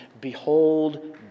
Behold